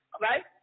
right